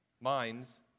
minds